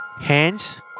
hands